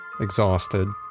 Exhausted